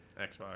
Xbox